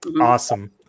Awesome